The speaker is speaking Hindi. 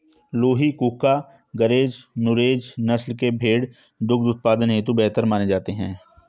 लूही, कूका, गरेज और नुरेज नस्ल के भेंड़ दुग्ध उत्पादन हेतु बेहतर माने जाते हैं